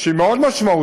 שהיא מאוד משמעותית,